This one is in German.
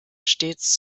stets